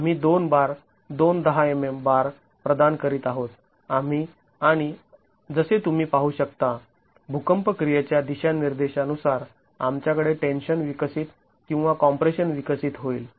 आम्ही २ bar २ १० mm bar प्रदान करत आहोत आम्ही आणि जसे तुम्ही पाहू शकता भूकंप क्रियेच्या दिशानिर्देशानुसार आमच्याकडे टेन्शन विकसित किंवा कॉम्प्रेशन विकसित होईल